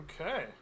Okay